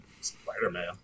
spider-man